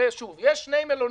הרי, שוב, יש שני מלונות.